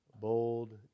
bold